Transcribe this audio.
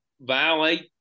violate